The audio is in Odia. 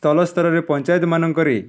ତଲ ସ୍ତରରେ ପଞ୍ଚାୟତ ମାନଙ୍କରେ